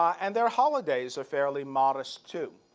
and their holidays are fairly modest, too.